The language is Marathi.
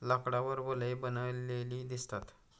लाकडावर वलये बनलेली दिसतात